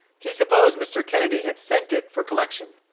he supposed mr. kennedy had sent it for collection.